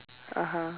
(uh huh)